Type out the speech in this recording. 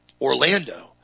Orlando